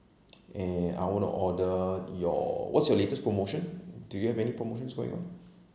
and I want to order your what's your latest promotion do you have any promotions going on